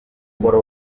umukoro